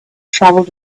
travelled